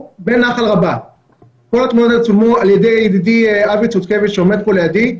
בנחל רבה על ידי ידידי אבי צודקביץ שעומד פה לידי,